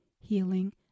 healing